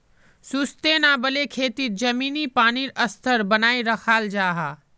sustainable खेतित ज़मीनी पानीर स्तर बनाए राखाल जाहा